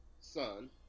son